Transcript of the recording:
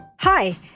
hi